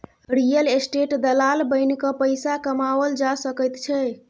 real estate दलाल बनिकए पैसा कमाओल जा सकैत छै